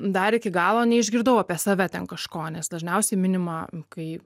dar iki galo neišgirdau apie save ten kažko nes dažniausiai minima kai